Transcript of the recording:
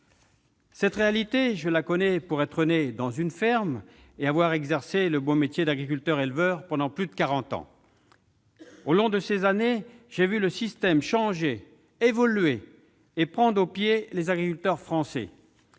Cette réalité, je la connais pour être né dans une ferme et avoir exercé le beau métier d'agriculteur-éleveur pendant plus de quarante ans. Au long de ces années, j'ai vu le système changer et prendre au piège les agriculteurs français.